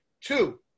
two